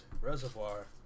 Reservoir